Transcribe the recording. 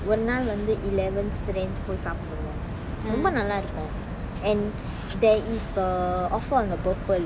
ஒரு நாள் வந்து:oru naal vanthu eleven strength போய் சாப்பிடுவோம் ரொம்ப நல்லா இருக்கும்:poai sappiduvom romba nalla irukkum and there is the offer on the bopple mm